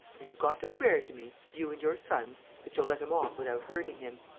you've got to swear to me, you and your sons, that you'll let him off without hurting him.